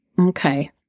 okay